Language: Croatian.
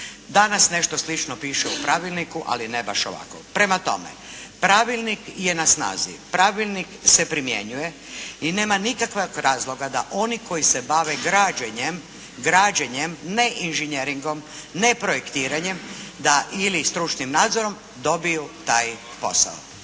Danas nešto slično piše u pravilniku, ali ne baš ovako. Prema tome, pravilnik je na snazi, pravilnik se primjenjuje i nema nikakvog razloga da oni koji se bave građenjem, ne inženjeringom, ne projektiranjem, da ili stručnim nadzorom dobiju taj posao.